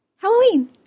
Halloween